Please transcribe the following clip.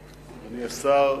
אדוני השר,